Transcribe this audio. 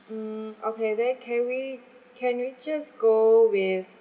mm okay then can we can we just go with